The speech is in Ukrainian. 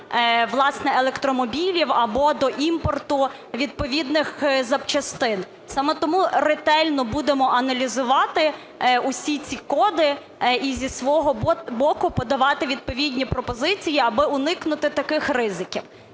власне, електромобілів або до імпорту відповідних запчастин. Саме тому ретельно будемо аналізувати усі ці коди і зі свого боку подавати відповідні пропозиції, аби уникнути таких ризиків.